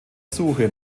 suche